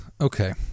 Okay